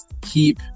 keep